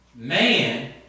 man